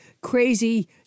crazy